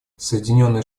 соединенные